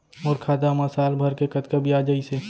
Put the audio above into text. मोर खाता मा साल भर के कतका बियाज अइसे?